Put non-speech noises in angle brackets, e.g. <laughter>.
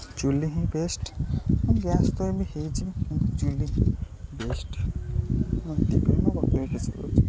ଚୁଲି ହିଁ best gas ତ ଏବେ ହୋଇଛି କିନ୍ତୁ ଚୁଲି ହିଁ ବେଷ୍ଟ୍ <unintelligible>